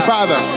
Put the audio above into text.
Father